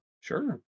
Sure